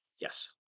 Yes